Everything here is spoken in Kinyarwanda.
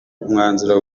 umwanzuro